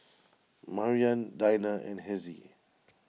Maryann Dinah and Hezzie